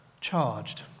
charged